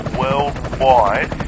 worldwide